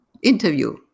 interview